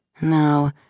No